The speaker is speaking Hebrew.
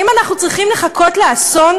האם אנחנו צריכים לחכות לאסון?